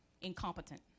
incompetent